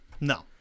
No